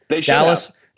Dallas